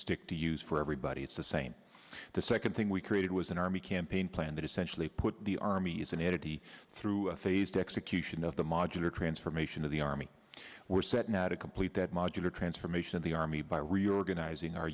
stick to use for everybody it's the same the second thing we created was an army campaign plan that essentially put the army as an entity through a phased execution of the modular transformation of the army we're set now to complete that modular transformation of the army by reorganizing our